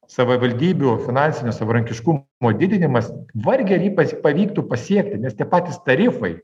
savivaldybių finansinio savarankiškumo didinimas vargiai ar jį pa pavyktų pasiekti nes tie patys tarifai